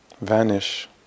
vanish